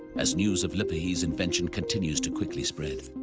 as news of lippershey's invention continues to quickly spread,